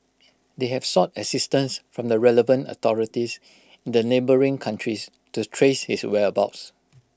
they have sought assistance from the relevant authorities in the neighbouring countries to trace his whereabouts